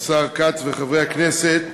השר כץ וחברי הכנסת,